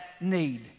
need